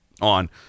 on